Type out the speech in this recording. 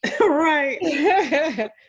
Right